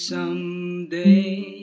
Someday